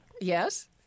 Yes